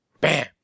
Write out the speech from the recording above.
Bam